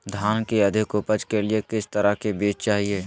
धान की अधिक उपज के लिए किस तरह बीज चाहिए?